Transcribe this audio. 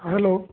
hello